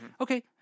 Okay